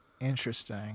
Interesting